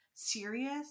serious